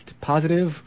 positive